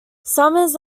summers